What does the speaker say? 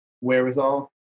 wherewithal